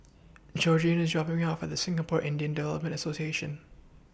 Georgine IS dropping Me off At Singapore Indian Development Association